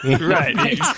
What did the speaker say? Right